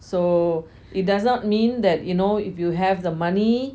so it does not mean that you know you have money